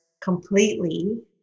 completely